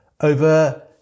over